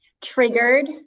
triggered